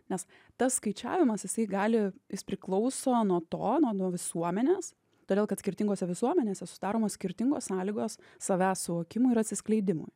nes tas skaičiavimas jisai gali jis priklauso nuo to nuo nuo visuomenės todėl kad skirtingose visuomenėse sudaromos skirtingos sąlygos savęs suvokimui ir atsiskleidimui